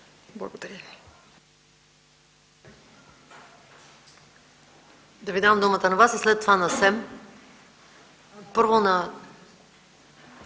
Благодаря ви